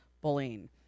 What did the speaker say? bullying